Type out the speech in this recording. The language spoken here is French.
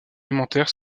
alimentaires